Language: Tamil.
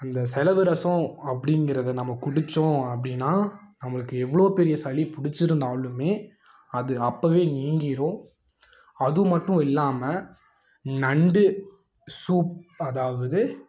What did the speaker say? அந்த செலவு ரசம் அப்படிங்கிறத நம்ம குடித்தோம் அப்படின்னா நம்மளுக்கு எவ்வளோ பெரிய சளி பிடிச்சிருந்தாலுமே அது அப்போவே நீங்கிடும் அது மட்டும் இல்லாமல் நண்டு சூப் அதாவது